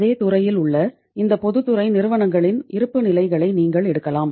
அதே துறையில் உள்ள இந்த பொதுத்துறை நிறுவனங்களின் இருப்புநிலைகளை நீங்கள் எடுக்கலாம்